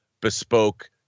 bespoke